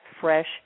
fresh